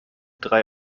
drei